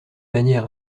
manière